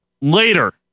later